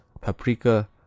paprika